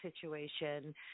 situation